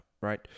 right